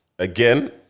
Again